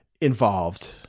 involved